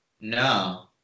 No